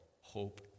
hope